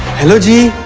hello-ji!